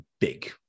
big